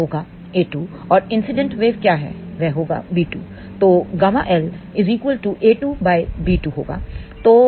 वह होगा ए2 और इंसीडेंट वेव क्या है वह होगा तो ƬLa2 b2 होगा